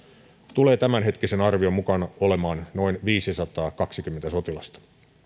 tulee tämänhetkisen arvion mukaan olemaan noin viisisataakaksikymmentä sotilasta